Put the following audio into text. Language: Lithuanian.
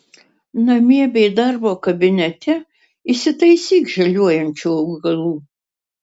namie bei darbo kabinete įsitaisyk žaliuojančių augalų